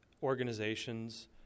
organizations